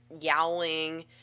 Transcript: yowling